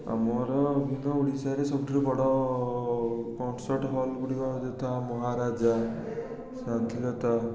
ମୋର ତ ଓଡ଼ିଶାରେ ସବୁଠାରୁ ବଡ଼ କନ୍ସର୍ଟ ହଲ୍ ଗୁଡ଼ିକ ହେଲା ମହାରାଜା ସ୍ୱାଧୀନତା